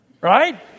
Right